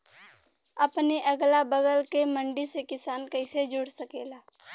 अपने अगला बगल के मंडी से किसान कइसे जुड़ सकेला?